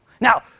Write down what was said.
Now